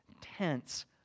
tense